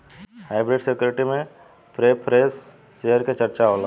hybrid security में preference share के चर्चा होला